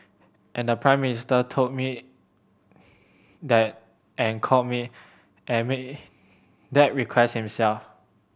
and the Prime Minister told me that and called me and made that request himself